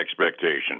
expectation